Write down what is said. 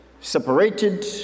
separated